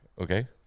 okay